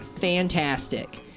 fantastic